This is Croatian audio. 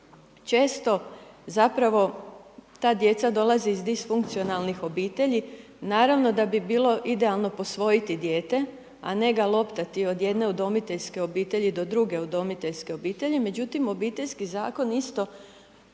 često, zapravo ta djeca dolaze iz disfunkcionalnih obitelji, naravno da bi bilo idealno posvojiti dijete, a ne ga loptati od jedne udomiteljske obitelji do druge udomiteljske obitelji. Međutim Obiteljski zakon isto,